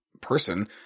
person